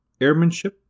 airmanship